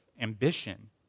ambition